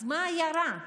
אז מה היה רע?